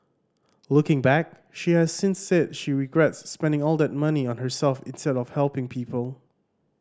looking back she has since said she regrets spending all that money on herself instead of helping people